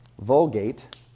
Vulgate